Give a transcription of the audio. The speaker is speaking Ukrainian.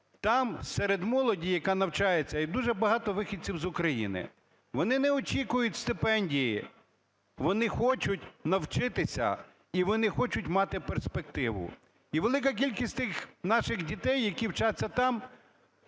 Там серед молоді, яка навчається, є дуже багато вихідців з України. Вони не очікують стипендії, вони хочуть навчитися, і вони хочуть мати перспективу. І велика кількість тих наших дітей, які вчаться там,